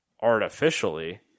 artificially